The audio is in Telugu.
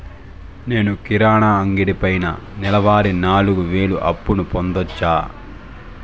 నేను కిరాణా అంగడి పైన నెలవారి నాలుగు వేలు అప్పును పొందొచ్చా?